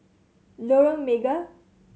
Lorong Mega